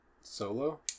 Solo